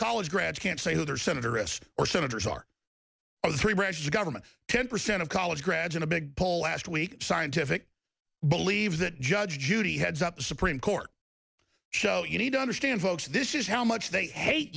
college grads can't say who their senator s or senators are the three branches of government ten percent of college grads in a big poll last week scientific believes that judge judy heads up the supreme court so you need to understand folks this is how much they hate